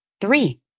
three